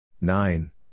Nine